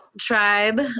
tribe